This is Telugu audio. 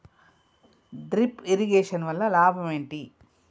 డ్రిప్ ఇరిగేషన్ వల్ల లాభం ఏంటి?